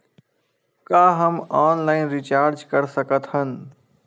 का हम online recharge कर सकत हन?